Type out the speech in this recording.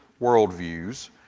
worldviews